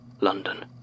London